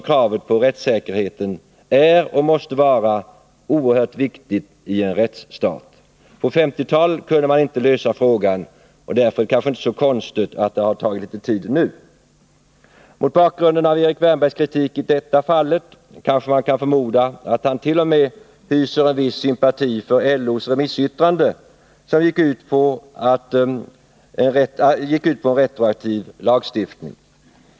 Kravet på rättssäkerhet är ju och måste vara en oerhört viktig sak i en rättsstat. På 1950-talet kunde man inte lösa frågan, och därför är det kanske inte så konstigt att det har tagit litet tid nu. Mot bakgrund av Erik Wärnbergs kritik i detta fall kan man förmoda att han t.o.m. hyser en viss sympati för LO:s remissyttrande, som gick ut på en retroaktiv lagstiftning.